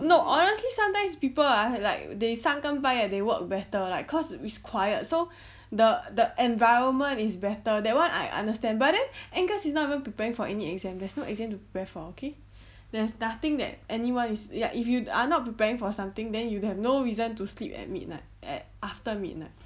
no honestly sometimes people ah like they 三更半夜 they work better like cause it's quiet so the the environment is better that one I understand but then agnes is not even preparing for any exam there's no exam to prepare for okay there's nothing that anyone is ya if you are not preparing for something then you have no reason to sleep at midnight at after midnight